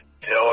tell